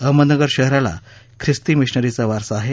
अहमदनगर शहराला ख्रिस्ती मिशनरीचा वारसा आहे